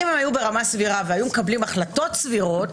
לו היו ברמה סבירה והיו מקבלים החלטות סבירות,